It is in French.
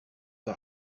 par